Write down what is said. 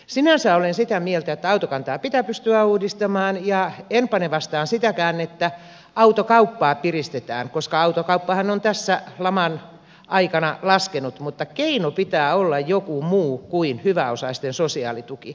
sinänsä olen sitä mieltä että autokantaa pitää pystyä uudistamaan ja en pane vastaan sitäkään että autokauppaa piristetään koska autokauppahan on tässä laman aikana laskenut mutta keinon pitää olla joku muu kuin hyväosaisten sosiaalituki